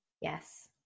Yes